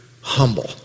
humble